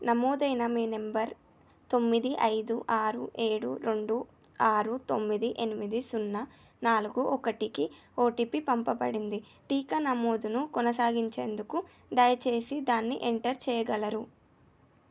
నమోదైన మీ నంబర్ తొమ్మిది ఐదు ఆరు ఏడు రెండు ఆరు తొమ్మిది ఎనిమిది సున్నా నాలుగు ఒకటికి ఓటీపీ పంపబడింది టీకా నమోదును కొనసాగించేందుకు దయచేసి దాన్ని ఎంటర్ చెయ్యగలరు